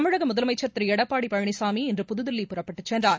தமிழக முதலமைச்சர் திரு எடப்பாடி பழனிசாமி இன்று புதுதில்லி புறப்பட்டுச் சென்றார்